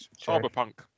Cyberpunk